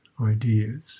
ideas